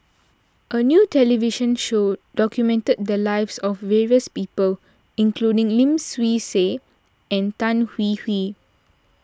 a new television show documented the lives of various people including Lim Swee Say and Tan Hwee Hwee